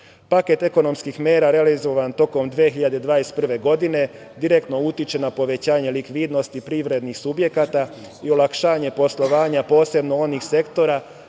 itd. Paket ekonomskih mera realizovan tokom 2021. godine direktno utiče na povećanje likvidnosti privrednih subjekata i olakšanje poslovanja posebno onih sektora